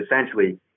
essentially